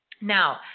Now